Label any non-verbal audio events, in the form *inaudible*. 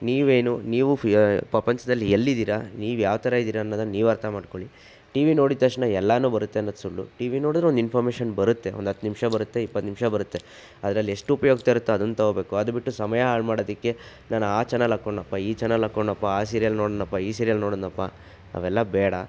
ನೀವೇನು ನೀವು *unintelligible* ಪ್ರಪಂಚದಲ್ಲಿ ಎಲ್ಲಿದ್ದೀರಾ ನೀವು ಯಾವ ಥರ ಇದ್ದೀರಾ ಅನ್ನೋದನ್ನು ನೀವು ಅರ್ಥ ಮಾಡ್ಕೊಳ್ಳಿ ಟಿ ವಿ ನೋಡಿದ ತಕ್ಷಣ ಎಲ್ಲ ಬರುತ್ತೆ ಅನ್ನೋದು ಸುಳ್ಳು ಟಿ ವಿ ನೋಡಿದ್ರೆ ಒಂದು ಇನ್ಫಾರ್ಮೇಶನ್ ಬರುತ್ತೆ ಒಂದು ಹತ್ತು ನಿಮಿಷ ಬರುತ್ತೆ ಇಪ್ಪತ್ತು ನಿಮಿಷ ಬರುತ್ತೆ ಅದರಲ್ಲಿ ಎಷ್ಟು ಉಪಯೋಗಕ್ಕೆ ತರುತ್ತೋ ಅದನ್ನ ತೊಗೋಬೇಕು ಅದು ಬಿಟ್ಟು ಸಮಯ ಹಾಳು ಮಾಡೋದಕ್ಕೆ ನಾನು ಆ ಚಾನಲ್ ಹಾಕ್ಕೊಂಡ್ನಪ್ಪಾ ಈ ಚಾನಲ್ ಹಾಕ್ಕೊಂಡ್ನಪ್ಪಾ ಆ ಸೀರಿಯಲ್ ನೋಡಿದ್ನಪ್ಪಾ ಈ ಸೀರಿಯಲ್ ನೋಡಿದ್ನಪ್ಪಾ ಅವೆಲ್ಲ ಬೇಡ